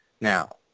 now